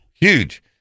Huge